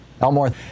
Elmore